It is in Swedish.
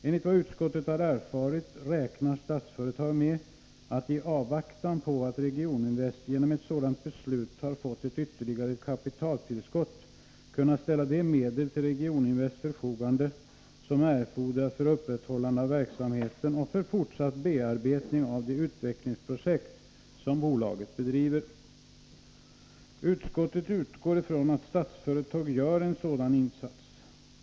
Enligt vad utskottet har erfarit räknar Statsföretag med att, i avvaktan på att Regioninvest genom ett sådant beslut har fått ett ytterligare kapitaltillskott, kunna ställa de medel till Regioninvests förfogande som erfordras för upprätthållande av verksamhe ten och för fortsatt bearbetning av de utvecklingsprojekt som bolaget bedriver. Utskottet utgår från att Statsföretag gör en sådan insats.